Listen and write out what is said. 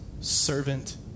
servant